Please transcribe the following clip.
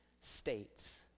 states